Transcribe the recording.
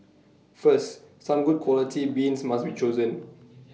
first some good quality beans must be chosen